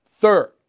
Third